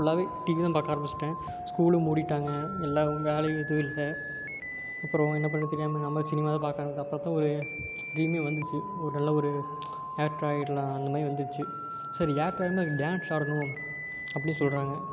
ஃபுல்லாகவே டிவி தான் பார்க்க ஆரம்பிச்சுட்டேன் ஸ்கூலும் மூடிவிட்டாங்க எல்லாம் வேலையும் எதுவும் இல்லை அப்புறம் என்ன பண்ணத் தெரியாமல் நான் போய் சினிமாவது பார்க்கலான்னு தான் பார்த்தா ஒரு ட்ரீமே வந்துச்சு ஒரு நல்ல ஒரு ஆக்டர் ஆகிடலாம் அந்த மாதிரி வந்துச்சு சரி ஆக்டர் ஆகணுன்னால் அதுக்கு டான்ஸ் ஆடணும் அப்படி சொல்கிறாங்க